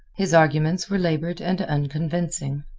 his arguments were labored and unconvincing.